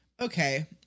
okay